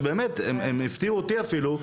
שבאמת הן הפתיעו אותי אפילו,